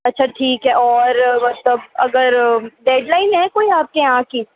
अच्छा ठीक है और मतलब अगर डेडलाइन है कोई आपके यहाँ की